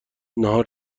نهار